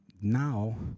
now